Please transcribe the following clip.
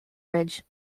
bridge